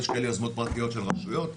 יש כאלה יוזמות פרטיות של רשויות,